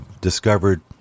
discovered